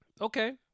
Okay